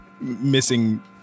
missing